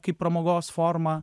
kaip pramogos formą